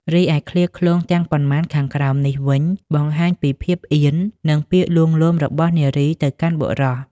រីឯឃ្លាឃ្លោងទាំងប៉ុន្មានខាងក្រោមនេះវិញបង្ហាញពីភាពអៀន និងពាក្យលួងលោមរបស់នារីទៅកាន់បុរស។